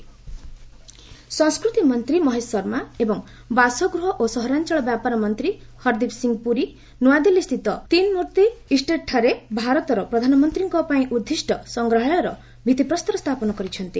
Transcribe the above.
museum culture ସଂସ୍କୃତି ମନ୍ତ୍ରୀ ମହେଶ ଶର୍ମା ଏବଂ ବାସଗୃହ ଓ ସହରାଞ୍ଚଳ ବ୍ୟାପାର ମନ୍ତ୍ରୀ ହରଦୀପ୍ ସିଂ ପୁରି ନୂଆଦିଲ୍ଲୀସ୍ଥିତ ତିନ୍ ମୂର୍ତ୍ତି ଇଷ୍ଟେଟ୍ରେ ଭାରତର ପ୍ରଧାନମନ୍ତ୍ରୀମାନଙ୍କ ପାଇଁ ଉଦ୍ଦିଷ୍ଟ ସଂଗ୍ରହାଳୟର ଭିତ୍ତିପ୍ରସ୍ତର ସ୍ଥାପନ କରିଛନ୍ତି